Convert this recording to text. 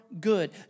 good